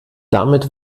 damit